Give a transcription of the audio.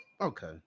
okay